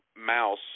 Mouse